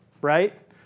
right